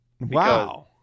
Wow